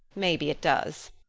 maybe it does,